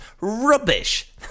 rubbish